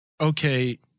okay –